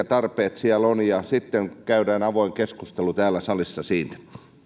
tarpeet siellä on sitten käydään avoin keskustelu täällä salissa siitä